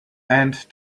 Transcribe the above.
and